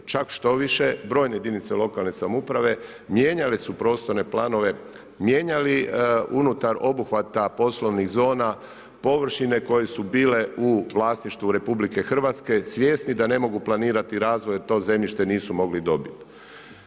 Čak štoviše brojne jedinice lokalne samouprave mijenjale su prostorne planove, mijenjale unutar obuhvata poslovnih zona, površine koje su bile u vlasništvu RH, svjesni da ne mogu planirati razvoj, jer to zemljište nisu mogli dobiti.